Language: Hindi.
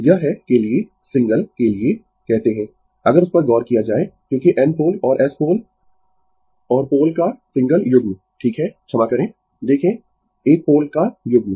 यह है के लिए सिंगल के लिए कहते है अगर उस पर गौर किया जाए क्योंकि N पोल और S पोल और पोल का सिंगल युग्म ठीक है क्षमा करें देखें एक पोल के युग्म